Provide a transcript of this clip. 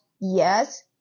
yes